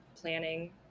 planning